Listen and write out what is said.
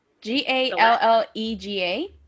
G-A-L-L-E-G-A